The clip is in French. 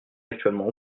actuellement